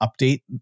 update